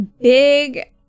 big